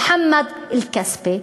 מוחמד עלי-כוסבה,